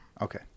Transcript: Okay